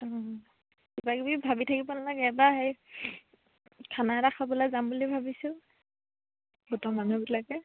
অ কিবাকিবি ভাবি থাকিব নালাগে এবাৰ সেই খানা এটা খাবলে যাম বুলি ভাবিছোঁ গোটৰ মানুহবিলাকে